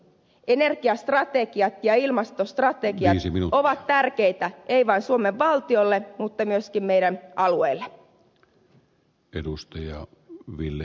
energiastrategiat ja ilmastostrategiat ovat tärkeitä ei vain suomen valtiolle vaan myöskin meidän alueillemme